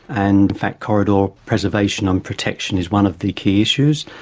and in fact corridor preservation and protection is one of the key issues.